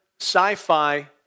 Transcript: sci-fi